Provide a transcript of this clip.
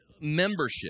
membership